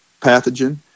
pathogen